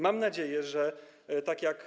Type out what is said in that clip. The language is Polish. Mam nadzieję, że tak jak.